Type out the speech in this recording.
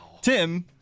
Tim